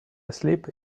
asleep